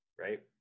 right